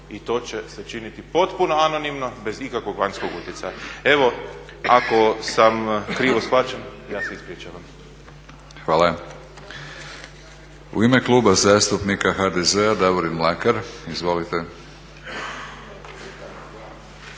i to će se činiti potpuno anonimno bez ikakvog vanjskog utjecaja. Evo ako sam krivo shvaćen ja se ispričavam. **Batinić, Milorad (HNS)** Hvala. U ime Kluba zastupnika HDZ-a Davorin Mlakar. Izvolite.